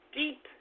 deep